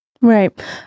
Right